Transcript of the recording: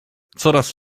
coraz